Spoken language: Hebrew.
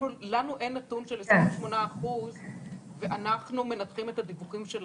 אין נתון של 28% ואנחנו מנתחים את הדיווחים שלכם.